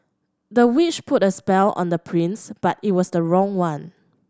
the witch put a spell on the prince but it was the wrong one